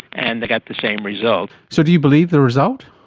and they got the same result. so do you believe the result?